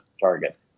target